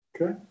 Okay